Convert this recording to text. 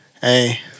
hey